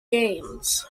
games